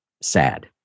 Sad